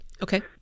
Okay